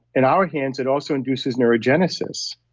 in our hands it also induces neurogenesis.